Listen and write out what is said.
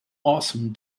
awesome